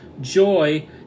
Joy